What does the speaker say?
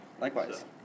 likewise